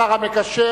השר המקשר,